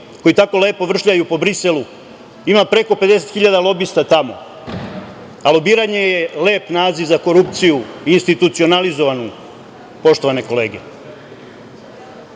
koji tako lepo vršljaju po Briselu. Ima preko 50 hiljada lobista tamo, a lobiranje je lepo naziv za korupciju i institucionalizovanu, poštovane kolege. Koji